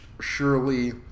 surely